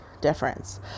difference